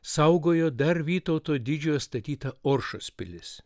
saugojo dar vytauto didžiojo statyta oršos pilis